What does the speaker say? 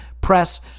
press